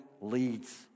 leads